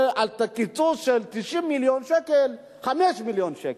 ומתקציב של 90 מיליון שקל, 5 מיליון שקל.